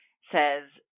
says